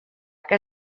que